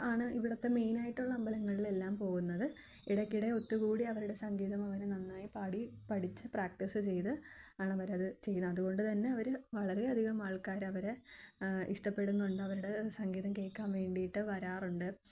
ആണ് ഇവിടത്തെ മെയിനായിട്ടുള്ള അമ്പലങ്ങളിലെല്ലാം പോവുന്നത് ഇടയ്ക്കിടെ ഒത്തുകൂടി അവരുടെ സംഗീതം അവര് നന്നായി പാടിപ്പഠിച്ച് പ്രാക്ടീസ് ചെയ്ത് ആണവരത് ചെയ്യുന്നത് അതുകൊണ്ട് തന്നെ അവര് വളരെയധികം ആൾക്കാര് അവരെ ഇഷ്ടപ്പെടുന്നുണ്ട് അവരുടെ സംഗീതം കേള്ക്കാന് വേണ്ടിയിട്ട് വരാറുണ്ട്